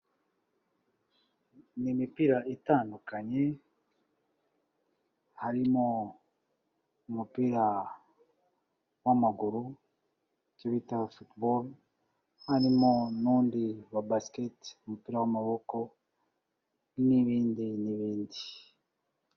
Ni imipira itandukanye harimo umupira w'amaguru icyo bita football, harimo n'undi wa basketball, umupira w'amaboko n'ibindi n'ibindi.